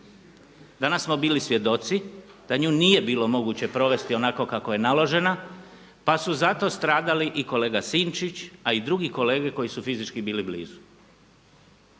Danas smo bili svjedoci da nju nije bilo moguće provesti onako kako je naložena pa su zato stradali i kolega Sinčić, a i drugi kolege koji su fizički bili blizu.